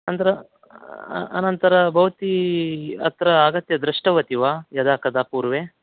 अनन्तरम् अनन्तरं भवती अत्र आगत्य दृष्टवती वा यदा कदा पूर्वे